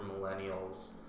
millennials